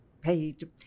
paid